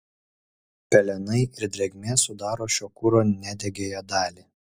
pelenai ir drėgmė sudaro šio kuro nedegiąją dalį